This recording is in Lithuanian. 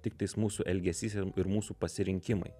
tiktais mūsų elgesys ir ir mūsų pasirinkimai